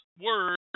word